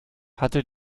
hatte